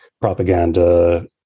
propaganda